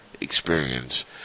experience